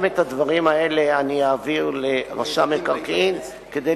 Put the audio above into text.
גם את הדברים האלה אני אעביר לרשם המקרקעין כדי